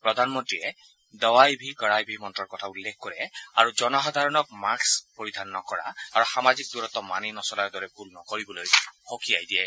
প্ৰধানমন্ত্ৰীয়ে দৱাই ভি কড়াই ভিৰ মন্ত্ৰৰ কথা উল্লেখ কৰে আৰু জনসাধাৰণক মাক্স পৰিধান নকৰা আৰু সামাজিক দূৰত্ব মানি নচলাৰ দৰে ভূল নকৰিবলৈ সকিয়াই দিয়ে